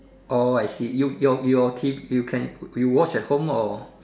oh I see you your your T_V you watched at home or